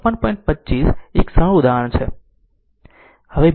25 તે એક સરળ ઉદાહરણ સરળ ઉદાહરણ છે